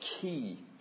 key